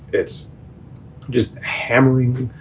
it's just hammering,